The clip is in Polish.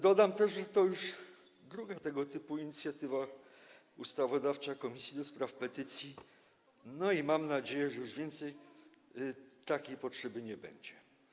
Dodam też, że to już druga tego typu inicjatywa ustawodawcza Komisji do Spraw Petycji i mam nadzieję, że już więcej takiej potrzeby nie będzie.